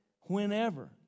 whenever